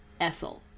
Essel